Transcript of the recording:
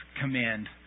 command